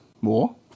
more